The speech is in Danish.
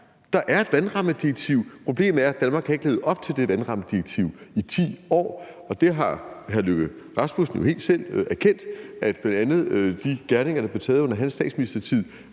Der er et vandrammedirektiv, men problemet er, at Danmark ikke har levet op til det vandrammedirektiv i 10 år, og hr. Lars Løkke Rasmussen har jo selv erkendt, at bl.a. de beslutninger, der blev taget under hans statsministertid,